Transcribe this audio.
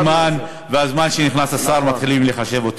הזמן, כשנכנס השר מתחילים לחשב אותו.